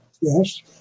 Yes